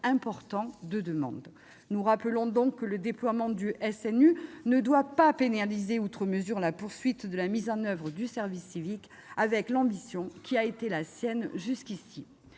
important de demandes. Nous rappelons que le déploiement du SNU ne doit pas pénaliser outre mesure la poursuite de la mise en oeuvre du service civique avec l'ambition qui a été la sienne jusqu'ici.